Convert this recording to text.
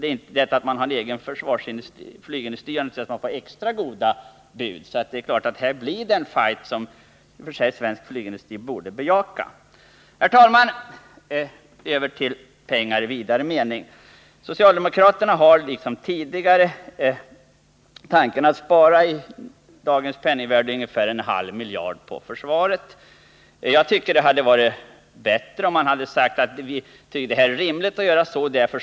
Det faktum att vi har en egen flygindustri kommer kanske att göra att vi får extra goda bud. Det är därför klart att det här blir en ”fight”. som svensk flygindustri i och för sig borde bejaka. Herr talman! Jag går nu över till att tala om pengar i vidare mening. Socialdemokraterna har, liksom tidigare, tanken att i dagens penningvärde spara ungefär en halv miljard på försvarets budget. Det hade varit bra om socialdemokraterna hade förklarat var de vill spara.